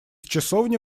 часовни